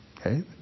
Okay